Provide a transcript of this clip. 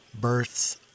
births